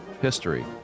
history